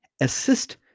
assist